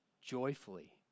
joyfully